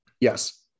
yes